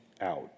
out